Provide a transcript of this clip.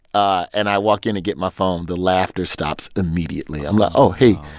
ah and i walk in to get my phone. the laughter stops immediately. i'm like, oh, hey,